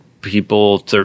people